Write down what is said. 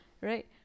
right